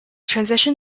transition